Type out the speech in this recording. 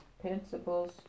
principles